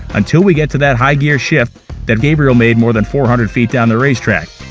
until we get to that high gear shift that gabriel made more than four hundred feet down the race track.